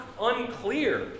unclear